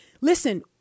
listen